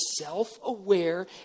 self-aware